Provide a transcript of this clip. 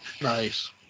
Nice